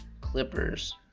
Clippers